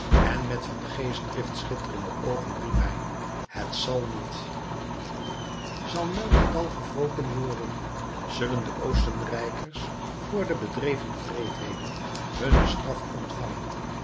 en met van geestdrift schitterende oogen riep hij het zàl niet zal melchtal gewroken worden zullen de oostenrijkers voor de bedreven wreedheden hunne straf ontvangen